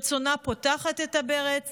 ברצונה פותחת את הברז